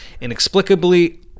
Inexplicably